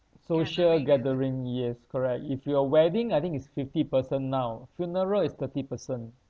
social gathering yes correct if you are wedding I think it's fifty person now funeral is thirty person